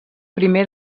primer